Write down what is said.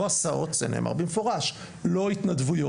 לא הסעות, זה נאמר במפורש, לא התנדבויות,